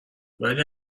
ولی